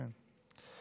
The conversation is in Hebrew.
כן.